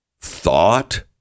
thought